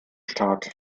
start